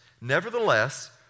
Nevertheless